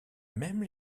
même